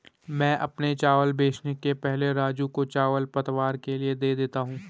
मैं अपने चावल बेचने के पहले राजू को चावल पतवार के लिए दे देता हूं